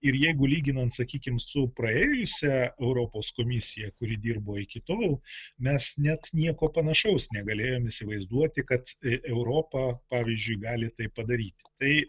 ir jeigu lyginant sakykim su praėjusia europos komisija kuri dirbo iki tol mes nieks nieko panašaus negalėjom įsivaizduoti kad europa pavyzdžiui gali tai padaryti tai